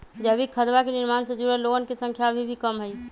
जैविक खदवा के निर्माण से जुड़ल लोगन के संख्या अभी भी कम हई